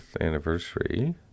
anniversary